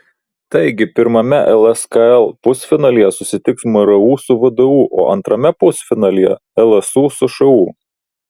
taigi pirmame lskl pusfinalyje susitiks mru su vdu o antrame pusfinalyje lsu su šu